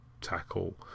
tackle